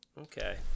Okay